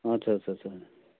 अच्छा अच्छा अच्छा